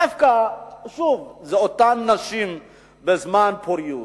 זה דווקא שוב אותן נשים בזמן פוריות,